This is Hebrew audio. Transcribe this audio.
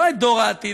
לא את דור העתיד,